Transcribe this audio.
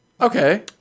Okay